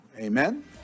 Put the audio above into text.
Amen